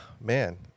man